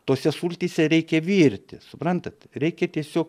tose sultyse reikia virti suprantat reikia tiesiog